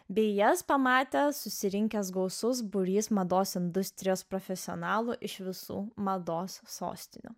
bei jas pamatė susirinkęs gausus būrys mados industrijos profesionalų iš visų mados sostinių